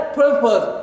purpose